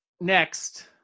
next